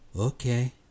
okay